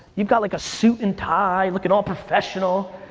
you've got like a suit and tie, looking all professional.